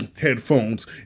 headphones